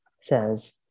says